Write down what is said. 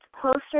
closer